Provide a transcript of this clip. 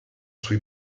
sui